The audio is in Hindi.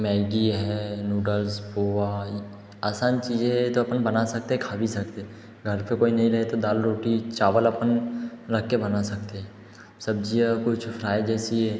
मैगी है नूडल्स पोहा आसान चीज़ें तो अपन बना सकते खा भी सकते घर पर कोई नहीं रहे तो दाल रोटी चावल अपन रख के बना सकते हैं सब्ज़ियाँ कुछ फ्राय जैसी है